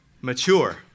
mature